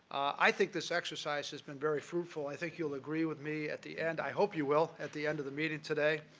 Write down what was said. i think this exercise has been very fruitful. i think you will agree with me at the end, i hope you will, at the end of the meeting today,